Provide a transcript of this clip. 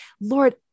Lord